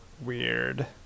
weird